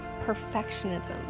perfectionism